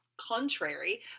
contrary